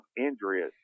injuries